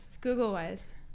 Google-wise